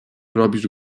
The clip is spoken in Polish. robisz